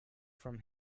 from